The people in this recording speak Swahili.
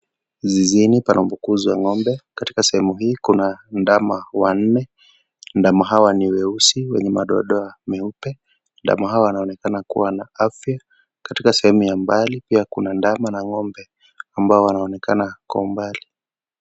Zizini panafuukuzwa ng'ombe. Katika sehemu hii kuna ndama wanne. Ndama hawa ni weusi wenye madoa doa meupe. Ndama hawa wanaonekana kuwa na afya. Katika sehemu ya mbali, pia kuna ndama na ng'ombe ambao wanaonekana kwa umbali.